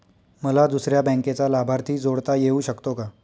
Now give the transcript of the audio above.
मला दुसऱ्या बँकेचा लाभार्थी जोडता येऊ शकतो का?